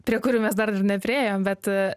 prie kurių mes dar nepriėjom bet